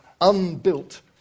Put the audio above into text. unbuilt